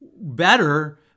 better